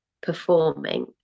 performing